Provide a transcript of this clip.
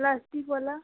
plastic वाला